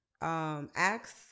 acts